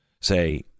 say